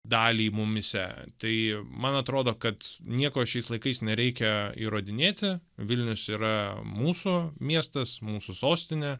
dalį mumyse tai man atrodo kad nieko šiais laikais nereikia įrodinėti vilnius yra mūsų miestas mūsų sostinė